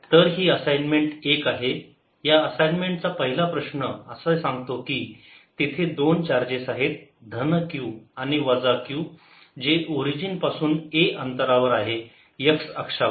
तर ही असाइनमेंट एक आहे या असाइन्मेंट चा पहिला प्रश्न असं सांगतो की तेथे दोन चार्जेस आहेत धन Q आणि वजा Q जे ओरिजिन पासून a अंतरावर आहे x अक्षावर